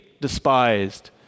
despised